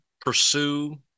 pursue